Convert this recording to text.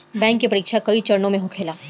bank के परीक्षा कई चरणों में होखेला